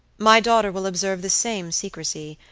my daughter will observe the same secrecy,